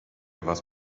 was